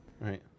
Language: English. right